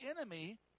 enemy